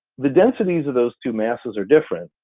the densities of those two masses are different,